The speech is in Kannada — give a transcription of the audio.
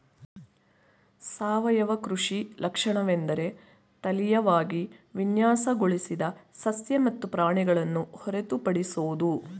ಸಾವಯವ ಕೃಷಿ ಲಕ್ಷಣವೆಂದರೆ ತಳೀಯವಾಗಿ ವಿನ್ಯಾಸಗೊಳಿಸಿದ ಸಸ್ಯ ಮತ್ತು ಪ್ರಾಣಿಗಳನ್ನು ಹೊರತುಪಡಿಸೋದು